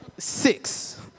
Six